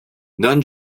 none